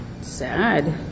sad